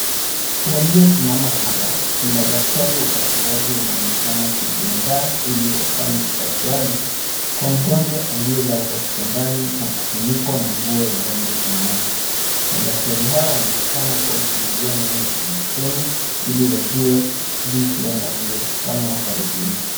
Waliosimama hapa ni madaktari wa upasuaji wanaoonekana kujiandaa ili wafanye upasuaji kwa mgonjwa aliyelazwa kitandani na kufunikwa na nguo ya rangi ya samawati. Madaktari hawa wanaonekana kuwa wakiangalia ndani ya televisheni ili wajue jinsi wanavyofanya oparesheni.